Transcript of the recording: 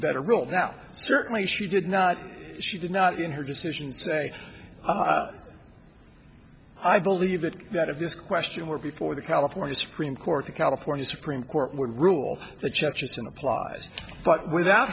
better role now certainly she did not she did not in her decision say i believe that that if this question were before the california supreme court the california supreme court would rule the churches and applies but without